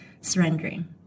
surrendering